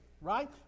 right